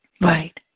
Right